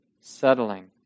Settling